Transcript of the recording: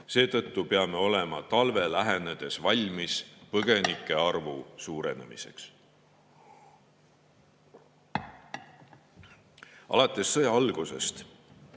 Seetõttu peame olema talve lähenedes valmis põgenike arvu suurenemiseks. Alates sõja algusest